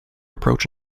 approach